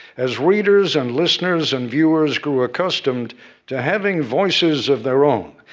as readers, and listeners, and viewers grew accustomed to having voices of their own,